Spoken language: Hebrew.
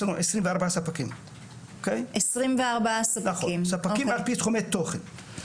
יש לנו 24 ספקים על פי תחומי תוכן.